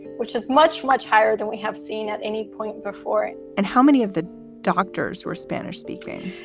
which is much, much higher than we have seen at any point before. and how many of the doctors were spanish speaking?